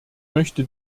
möchte